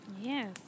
Yes